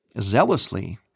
zealously